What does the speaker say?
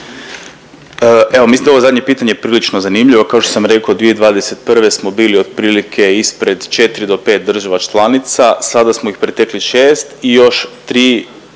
Evo, mislim da je ovo zadnje pitanje prilično zanimljivo. Kao što sam rekao, 2021. smo bili otprilike ispred 4 do 5 država članica, sada smo ih pretekli 6 i još 3,